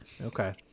Okay